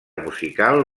musical